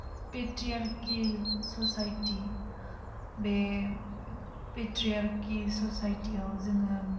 patriarchal society बे patriarchy ससाइटियाव जोङो